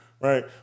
right